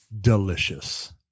Delicious